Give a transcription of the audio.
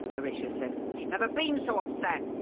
horatia said, she's never been so upset!